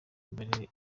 imibare